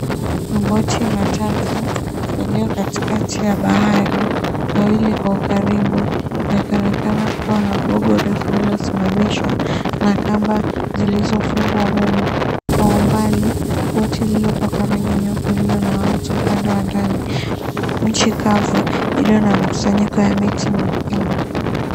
Maboti matatu yaliyo katikati ya bahari, mawili kwa ukaribu, yakionekana kuwa na gogo refu lililosimamishwa na kamba zilizofungwa humo. Kwa umbali, boti lililopakwa rangi nyeupe lililo na watu upande wa ndani, mchi kazu iliyo na mkusanyiko wa miti mikubwa.